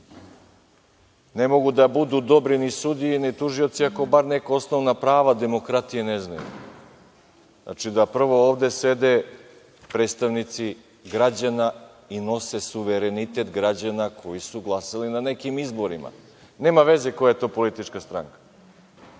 Ne mogu da budu dobri ni sudije, ni tužioci ako bar neka osnovna prava demokratije ne znaju. Znači, ovde sede predstavnici građana i nose suverenitet građana koji su glasali na nekim izborima. Nema veze koja je to politička stranka. Sada,